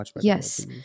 yes